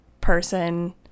person